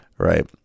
Right